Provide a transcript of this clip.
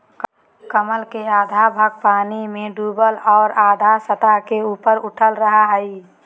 कमल के आधा भाग पानी में डूबल और आधा सतह से ऊपर उठल रहइ हइ